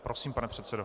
Prosím, pane předsedo.